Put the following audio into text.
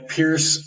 Pierce